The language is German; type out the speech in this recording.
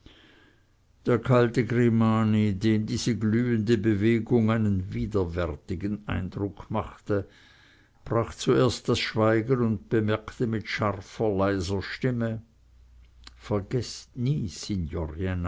der kalte grimani dem diese glühende bewegung einen widerwärtigen eindruck machte brach zuerst das schweigen und bemerkte mit scharfer leiser stimme vergeßt nie